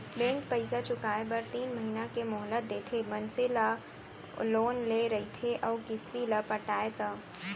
bank पइसा चुकाए बर तीन महिना के मोहलत देथे मनसे ला लोन ले रहिथे अउ किस्ती ल पटाय ता